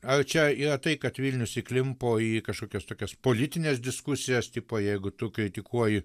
ar čia yra tai kad vilnius įklimpo į kažkokias tokias politines diskusijas tipo jeigu tu kritikuoji